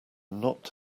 not